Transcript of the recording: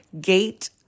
Gate